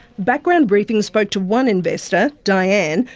background briefing spoke to one investor, diane,